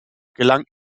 gelangt